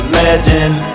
legend